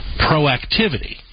proactivity